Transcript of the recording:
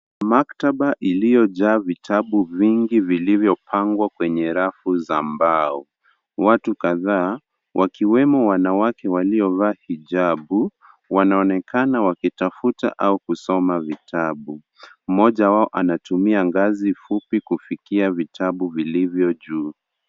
Maktaba iliyojaa vitabu vingi vilivyo pangwa kwenye rafu za mbao. Watu kadhaa wakiwemo wanawake waliovaa hijabu wanaonekana wakitafuta au kusoma vitabu. Mmoja wao anatumia gazi fupi kufikia vitabu vilivyo juu.